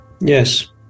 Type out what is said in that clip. Yes